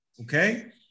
Okay